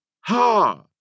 Ha